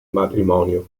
matrimonio